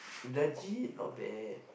legit not bad